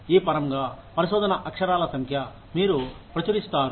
ఈ పరంగా పరిశోధన అక్షరాల సంఖ్య మీరు ప్రచురిస్తారు